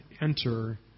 enter